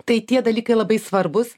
tai tie dalykai labai svarbūs